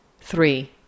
Three